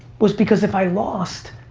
was because if i lost,